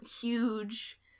huge